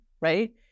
right